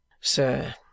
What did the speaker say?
Sir